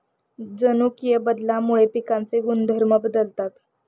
जनुकीय बदलामुळे पिकांचे गुणधर्म बदलतात